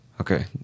Okay